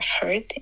hurt